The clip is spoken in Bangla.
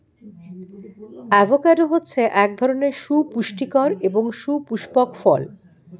অ্যাভোকাডো হচ্ছে এক ধরনের সুপুস্টিকর এবং সুপুস্পক ফল